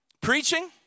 preaching